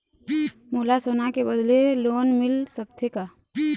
मोला सोना के बदले लोन मिल सकथे का?